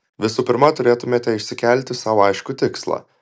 visų pirma turėtumėte iškelti sau aiškų tikslą